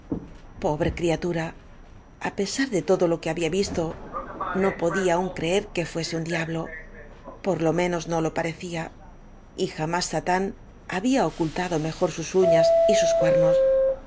jpobre criatura x pesar de todo lo que había visto no podía aún creer que fuese un diablo por lo menos no lo parecía y jamás satán había ocultado mejor sus unas y sus cuernos